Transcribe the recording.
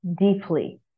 deeply